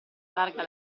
larga